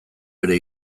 ere